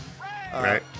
Right